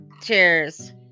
Cheers